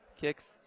Kicks